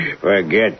Forget